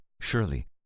Surely